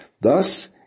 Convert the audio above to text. Thus